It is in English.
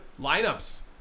lineups